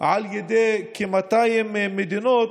על ידי כ-200 מדינות,